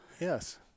yes